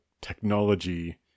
technology